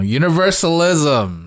universalism